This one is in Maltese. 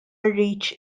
rridx